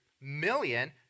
million